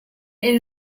inn